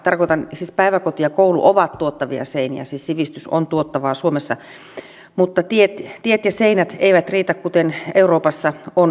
tarkoitan että siis päiväkoti ja koulu ovat tuottavia seiniä siis sivistys on tuottavaa suomessa mutta tiet ja seinät eivät riitä kuten euroopassa on nähty